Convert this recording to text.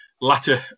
latter